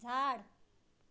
झाड